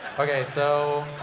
okay, so